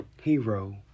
Hero